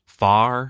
far